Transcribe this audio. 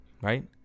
right